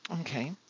Okay